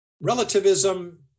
Relativism